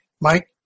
Mike